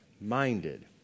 minded